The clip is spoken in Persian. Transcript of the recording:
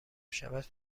شود